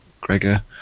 Gregor